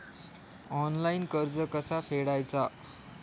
Online कर्ज कसा फेडायचा?